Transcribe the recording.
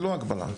ללא הגבלה,